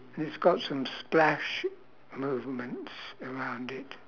it's got some splash movements around it